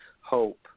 hope